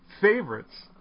favorites